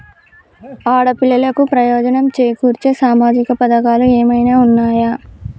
ఆడపిల్లలకు ప్రయోజనం చేకూర్చే సామాజిక పథకాలు ఏమైనా ఉన్నయా?